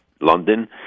London